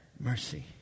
mercy